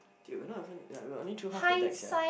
dude we're not even like we're only through half the deck sia